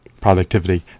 productivity